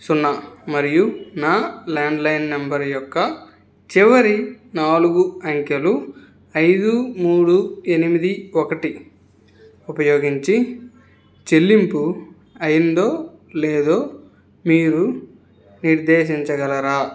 సున్నా మరియు నా ల్యాండ్లైన్ నెంబర్ యొక్క చివరి నాలుగు అంకెలు ఐదు మూడు ఎనిమిది ఒకటి ఉపయోగించి చెల్లింపు అయిందో లేదో మీరు నిర్దేశించగలరా